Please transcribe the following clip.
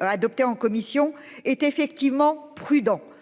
Adopté en commission est effectivement prudent